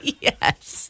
Yes